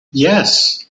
yes